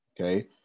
Okay